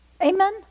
Amen